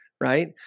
right